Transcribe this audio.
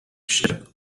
ship